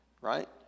right